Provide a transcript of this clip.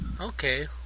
Okay